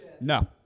No